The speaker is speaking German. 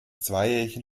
zweijährigen